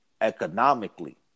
economically